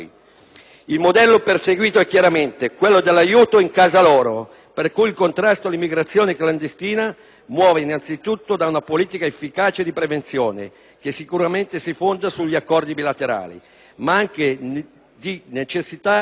Il modello perseguito è chiaramente quello dell'"aiuto in casa loro", per cui il contrasto all'immigrazione clandestina muove innanzitutto da una politica efficace di prevenzione, che sicuramente si fonda sugli accordi bilaterali, ma che necessita anche